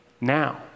now